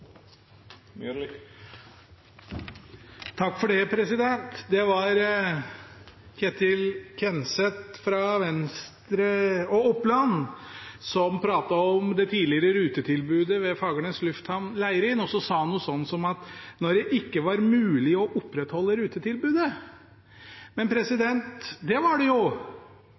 dag på det området. Det var Ketil Kjenseth fra Venstre og Oppland som pratet om det tidligere rutetilbudet ved Fagernes lufthavn, Leirin. Han sa noe sånt som at det ikke var mulig å opprettholde rutetilbudet. Det var det jo,